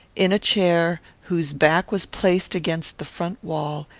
in a chair, whose back was placed against the front wall,